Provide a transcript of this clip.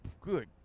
good